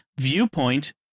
viewpoint